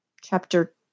chapter